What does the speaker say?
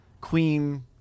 queen